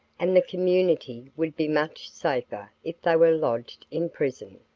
and the community would be much safer if they were lodged in prison.